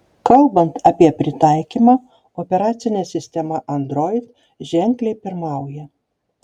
kalbant apie pritaikymą operacinė sistema android ženkliai pirmauja